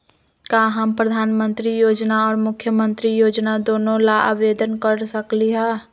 का हम प्रधानमंत्री योजना और मुख्यमंत्री योजना दोनों ला आवेदन कर सकली हई?